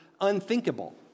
unthinkable